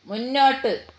മുന്നോട്ട്